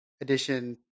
edition